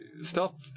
Stop